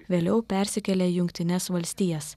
vėliau persikėlė į jungtines valstijas